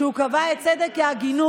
שקבע את כללי הצדק כהגינות,